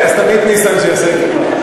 אז תביאי את ניסן שיעשה את זה,